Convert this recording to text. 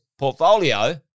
portfolio